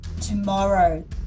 tomorrow